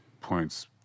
points